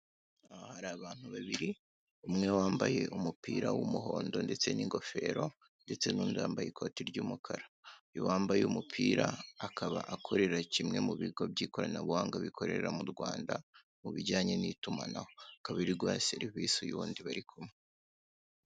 Aha hari abantu babiri umwe wambaye umupira w'umuhondo ndetse n'ingofero, ndetse n'undi wambaye ikoti ry'umukara, uyu wambaye umupira akaba akorera kimwe mu bigo by'ikoranabuhanga bikorera mu Rwanda mu bijyanye n'itumanaho, akaba ari guha serivisi uyu wundi bari kumwe.